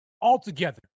altogether